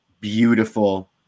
beautiful